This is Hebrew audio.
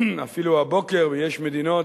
אפילו הבוקר, ויש מדינות,